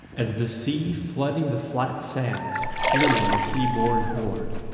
as the sea flooding the flat sands flew on the sea-born horde,